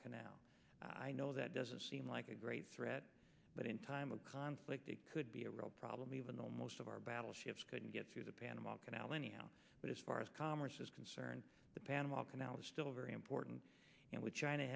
canal i know that doesn't seem like a great threat but in time of conflict it could be a real problem even though most of our battleships couldn't get through the panama canal anyhow but as far as commerce is concerned the panama canal is still very important and with china